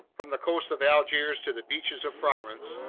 from the coast of algiers to the beaches of provence,